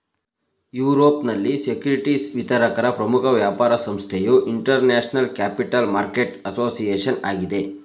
ಯುರೋಪ್ನಲ್ಲಿ ಸೆಕ್ಯೂರಿಟಿಸ್ ವಿತರಕರ ಪ್ರಮುಖ ವ್ಯಾಪಾರ ಸಂಸ್ಥೆಯು ಇಂಟರ್ನ್ಯಾಷನಲ್ ಕ್ಯಾಪಿಟಲ್ ಮಾರ್ಕೆಟ್ ಅಸೋಸಿಯೇಷನ್ ಆಗಿದೆ